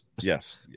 Yes